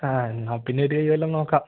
ആ എന്നാല്പ്പിന്നെ ഒരുകൈ വല്ലതും നോക്കാം